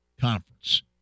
Conference